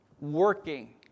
working